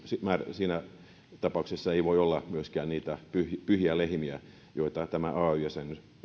siinä tapauksessa ei voi olla myöskään niitä pyhiä lehmiä joita tämä ay